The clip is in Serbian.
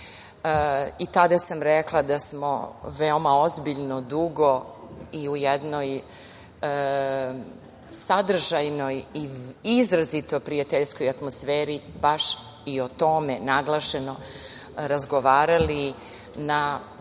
i tada sam rekla da smo veoma ozbiljno, dugo i u jednoj sadržajnoj i izrazito prijateljskoj atmosferi baš i o tome naglašeno razgovarali na